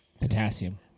Potassium